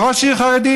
נגד ראש עיר חרדי,